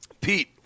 Pete